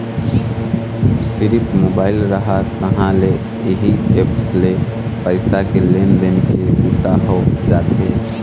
सिरिफ मोबाईल रहय तहाँ ले इही ऐप्स ले पइसा के लेन देन के बूता हो जाथे